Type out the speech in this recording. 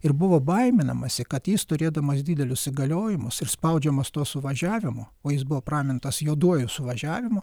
ir buvo baiminamasi kad jis turėdamas didelius įgaliojimus ir spaudžiamas to suvažiavimo o jis buvo pramintas juoduoju suvažiavimu